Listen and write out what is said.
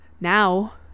Now